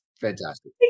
Fantastic